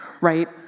right